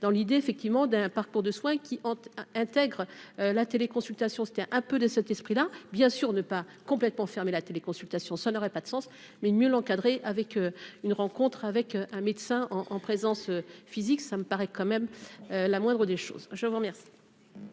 dans l'idée effectivement d'un parcours de soins qui intègre la téléconsultation c'était un peu de cet esprit là bien sûr ne pas complètement fermer la télé consultation ça n'aurait pas de sens, mais mieux l'encadrer avec une rencontre avec un médecin en en présence physique, ça me paraît quand même la moindre des choses, je vous remercie.